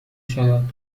شود